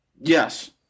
Yes